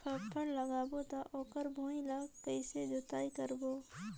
फाफण लगाबो ता ओकर भुईं ला कइसे जोताई करबो?